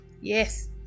Yes